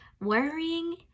Worrying